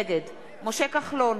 נגד משה כחלון,